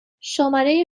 شماره